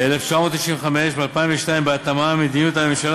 ב-1995 וב-2002 בהתאמה מדיניות הממשלה